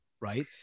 right